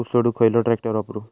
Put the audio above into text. ऊस तोडुक खयलो ट्रॅक्टर वापरू?